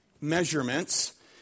measurements